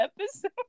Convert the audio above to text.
episode